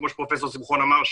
כמו שפרופ' שמחון אמר,